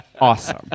awesome